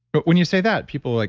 but when you say that people are like,